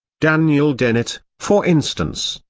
daniel dennett, for instance,